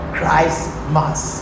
Christmas